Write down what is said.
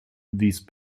these